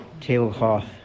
tablecloth